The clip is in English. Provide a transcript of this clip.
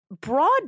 Broad